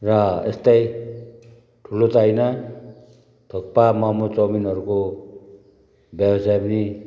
र यस्तै ठुलो त होइन थुक्पा मोमो चाउमिनहरूको व्यवसाय पनि